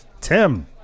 Tim